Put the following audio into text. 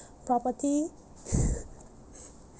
property